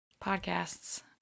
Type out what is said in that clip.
podcasts